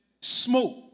smoke